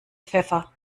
pfeffer